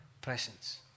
presence